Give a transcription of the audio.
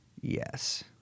Yes